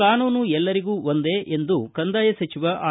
ಕಾನೂನು ಎಲ್ಲರಿಗೂ ಒಂದೇ ಎಂದು ಕಂದಾಯ ಸಚಿವ ಆರ್